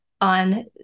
on